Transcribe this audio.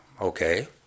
Okay